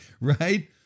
right